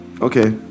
Okay